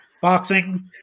boxing